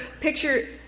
picture